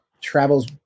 travels